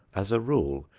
as a rule,